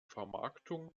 vermarktung